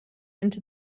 into